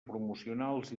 promocionals